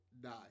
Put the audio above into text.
die